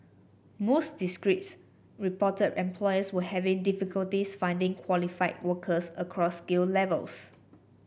most districts reported employers were having difficulties finding qualified workers across skill levels